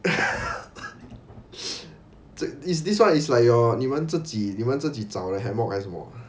is this one is like your 你们自己你们自己找的 hammock